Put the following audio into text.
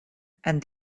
and